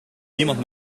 niemand